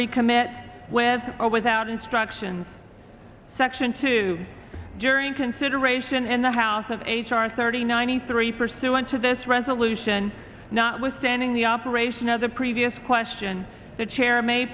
recommit with or without instructions section two during consideration in the house of h r thirty ninety three pursuant to this resolution not withstanding the operation of the previous question the chair may